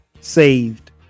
saved